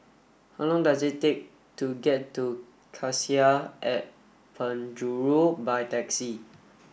how long does it take to get to Cassia at Penjuru by taxi